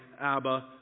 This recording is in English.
Abba